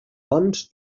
bons